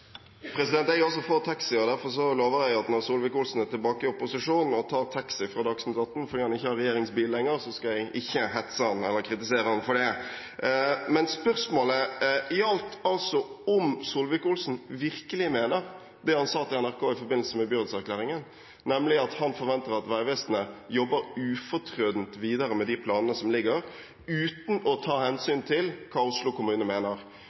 Jeg er også for taxier, og derfor lover jeg at når Solvik-Olsen er tilbake i opposisjon og tar taxi fra Dagsnytt 18 fordi han ikke har regjeringsbil lenger, skal jeg ikke hetse eller kritisere ham for det. Spørsmålet gjaldt om Solvik-Olsen virkelig mener det han sa til NRK i forbindelse med byrådserklæringen, nemlig at han forventer at Vegvesenet jobber ufortrødent videre med de planene som foreligger, uten å ta hensyn til hva Oslo kommune mener.